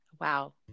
wow